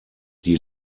die